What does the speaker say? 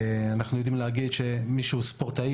אנחנו יודעים להגיד שמי שהוא ספורטאי